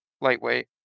lightweight